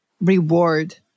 reward